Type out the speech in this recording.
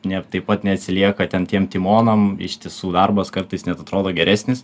ne taip pat neatsilieka ten tiem timonam iš tiesų darbas kartais net atrodo geresnis